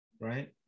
right